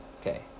Okay